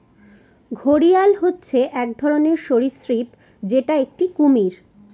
ঘড়িয়াল হচ্ছে এক ধরনের সরীসৃপ যেটা একটি কুমির